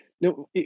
no